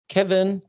Kevin